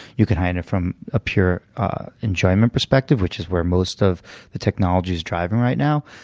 you could heighten it from a pure enjoyment perspective, which is where most of the technology is driving right now.